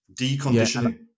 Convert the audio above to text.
deconditioning